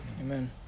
amen